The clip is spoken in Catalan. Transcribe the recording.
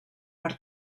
per